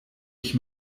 ich